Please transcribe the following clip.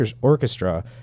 Orchestra